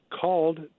called